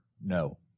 no